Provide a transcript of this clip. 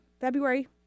February